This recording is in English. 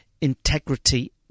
integrity